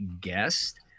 guest